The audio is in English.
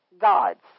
gods